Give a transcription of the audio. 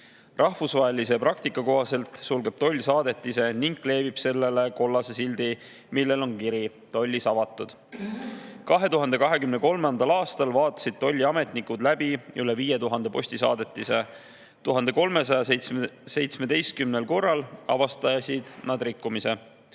Rahvusvahelise praktika kohaselt sulgeb toll saadetise ning kleebib sellele kollase sildi, millel on kiri "Tollis avatud". 2023. aastal vaatasid tolliametnikud läbi üle 5000 postisaadetise ja 1317 korral avastasid nad rikkumise.